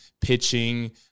pitching